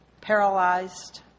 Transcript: paralyzed